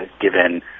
given